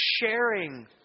sharing